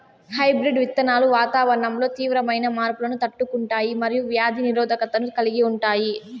hybrid విత్తనాలు వాతావరణంలో తీవ్రమైన మార్పులను తట్టుకుంటాయి మరియు వ్యాధి నిరోధకతను కలిగి ఉంటాయి